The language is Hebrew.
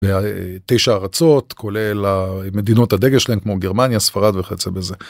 תשע ארצות כולל המדינות הדגל שלהן כמו גרמניה ספרד וכיוצא בזה.